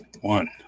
one